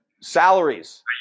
salaries